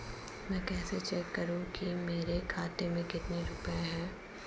मैं कैसे चेक करूं कि मेरे खाते में कितने रुपए हैं?